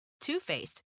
Two-Faced